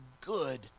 good